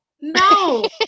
No